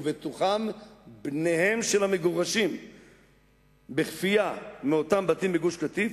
ובתוכם בניהם של המגורשים בכפייה מאותם בתים בגוש-קטיף,